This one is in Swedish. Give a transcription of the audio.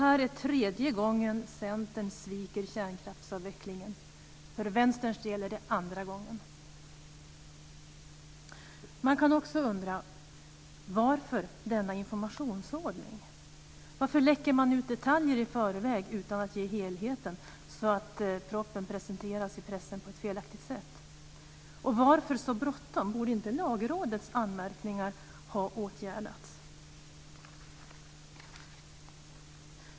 Det är tredje gången Centern sviker kärnkraftsavvecklingen. För Vänsterns del är det andra gången. Varför är det denna informationsordning? Varför läcker man ut detaljer i förväg utan att ge helheten så att propositionen presenteras i pressen på ett felaktigt sätt? Varför har man så bråttom? Borde inte Lagrådets anmärkningar ha åtgärdats?